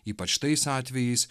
ypač tais atvejais